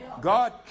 God